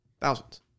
Thousands